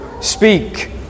speak